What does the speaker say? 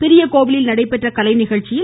பெரிய கோவிலில் நடைபெற்ற கலைநிகழ்ச்சியில்